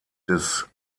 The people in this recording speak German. des